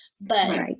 but-